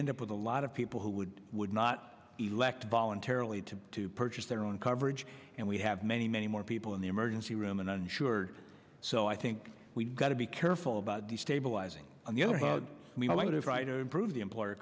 end up with a lot of people who would would not elect voluntarily to to purchase their own coverage and we'd have many many more people in the emergency room and uninsured so i think we've got to be careful about destabilizing on the other i mean a lot of writers improve the employer